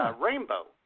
Rainbow